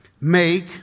make